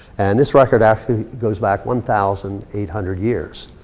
and this record actually goes back one thousand eight hundred years.